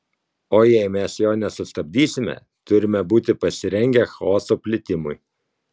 o jei mes jo nesustabdysime turime būti pasirengę chaoso plitimui